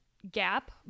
gap